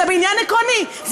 אלא בעניין עקרוני.